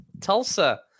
Tulsa